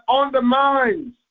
undermines